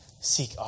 seek